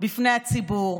בפני הציבור.